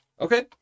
Okay